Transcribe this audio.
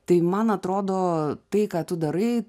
tai man atrodo tai ką tu darai